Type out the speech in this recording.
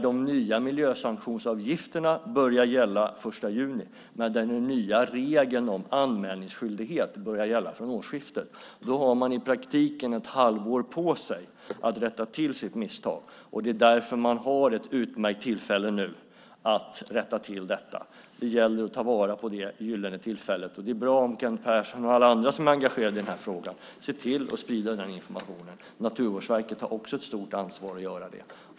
De nya miljösanktionsavgifterna börjar gälla den 1 juni, men den nya regeln om anmälningsskyldighet började gälla från årsskiftet. Man har i praktiken ett halvår på sig att rätta till sitt misstag och anmäla sig. Det är därför man nu har ett utmärkt tillfälle att rätta till detta. Det gäller att ta vara på det gyllene tillfället. Det är bra om Kent Persson och alla andra som är engagerade i den här frågan ser till att sprida den informationen. Naturvårdsverket har också ett stort ansvar att göra det.